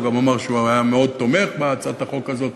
הוא גם אמר שהוא היה מאוד תומך בהצעת החוק הזאת.